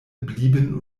blieben